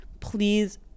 please